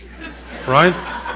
Right